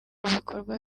bikorwa